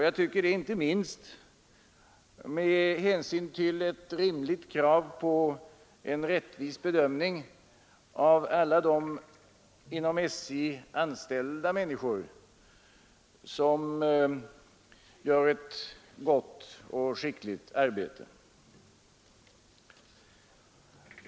Jag tycker detta inte minst med hänsyn till att det är ett rimligt krav på en rättvis bedömning av alla de inom SJ anställda på alla nivåer, som gör ett gott och skickligt arbete.